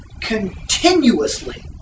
continuously